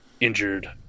injured